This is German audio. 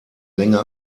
länger